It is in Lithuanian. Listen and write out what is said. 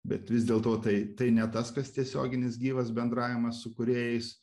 bet vis dėlto tai tai ne tas kas tiesioginis gyvas bendravimas su kūrėjais